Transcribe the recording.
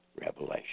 Revelation